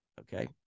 Okay